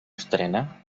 estrena